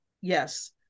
Yes